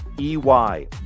EY